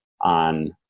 on